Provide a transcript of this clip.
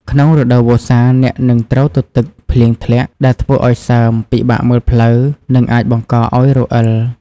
ក្នុងរដូវវស្សា អ្នកនឹងត្រូវទទឹក ភ្លៀងធ្លាក់ ដែលធ្វើឱ្យសើម ពិបាកមើលផ្លូវ និងអាចបង្កឱ្យរអិលផ្លូវ។